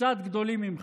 קצת גדולים ממך,